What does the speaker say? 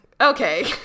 okay